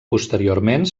posteriorment